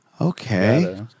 Okay